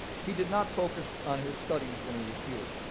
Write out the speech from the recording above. he did not focus on his studies when he was here.